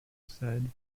said